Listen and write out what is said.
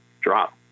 drop